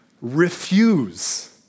Refuse